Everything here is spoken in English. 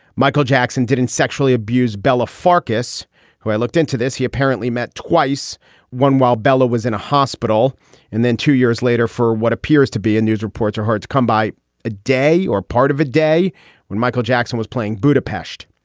michael jackson didn't sexually abuse bella farkas who i looked into this he apparently met twice one while bella was in a hospital and then two years later for what appears to be a news reports are hard to come by a day or part of a day when michael jackson was playing budapest.